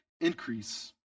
increase